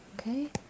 Okay